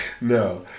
no